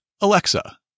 Alexa